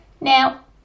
now